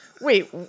Wait